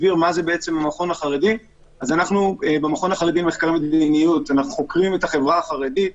במכון החרדי למחקרי מדיניות אנחנו חוקרים את החברה החרדית,